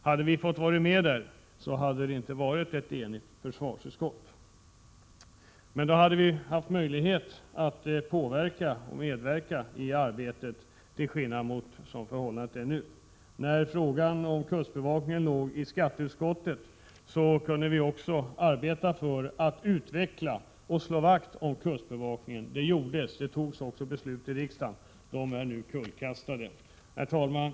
Hade vi fått vara med där, skulle försvarsutskottet inte ha varit enigt, men då hade vi haft möjlighet att påverka och medverka i arbetet, till skillnad från vad som är fallet nu. När kustbevakningsfrågan behandlades i skatteutskottet kunde vi där arbeta för att slå vakt om kustbevakningen. Så skedde, och det fattades beslut härom i riksdagen. Dessa är nu kullkastade. Herr talman!